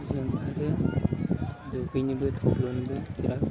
जों आरो दुगैनोबो थब्ल'नोबो बिराद